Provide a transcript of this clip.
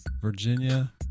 Virginia